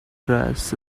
dress